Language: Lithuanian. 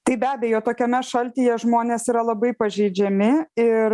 tai be abejo tokiame šaltyje žmonės yra labai pažeidžiami ir